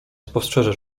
spostrzeże